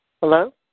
Hello